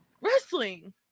wrestling